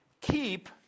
Keep